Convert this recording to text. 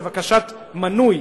לבקשת מנוי,